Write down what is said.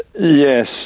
Yes